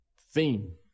theme